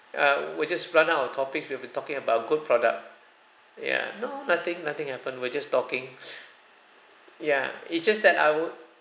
uh we just ran out of topics we have be talking about good product ya no nothing nothing happened we're just talking ya it's just that I would